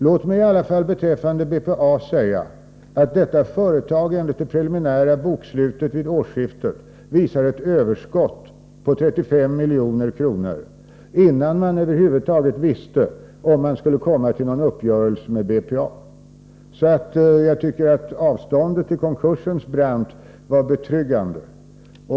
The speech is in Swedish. Låt mig i alla fall beträffande BPA säga att detta företag enligt det preliminära bokslutet vid årsskiftet visar ett överskott på 35 milj.kr., innan man över huvud taget visste om bolaget skulle kunna uppnå någon uppgörelse med Algeriet. Jag tycker därför att avståndet till konkursens brant var betryggande.